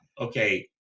Okay